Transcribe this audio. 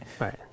Right